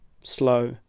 Slow